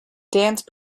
dance